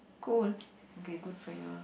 goal okay good for you